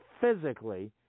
physically